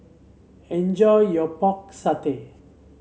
enjoy your Pork Satay